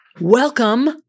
Welcome